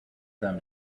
them